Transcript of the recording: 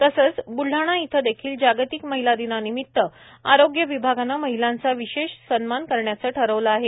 तसंच ब्लढाणा इथ देखील जागतिक महिला दिनानिमित्ताने आरोग्य विभागाने महिलांचा विशेष सन्मान करण्याचे ठरविले आहे